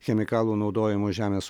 chemikalų naudojimo žemės